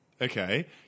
Okay